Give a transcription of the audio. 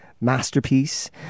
masterpiece